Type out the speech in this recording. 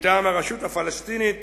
מטעם הרשות הפלסטינית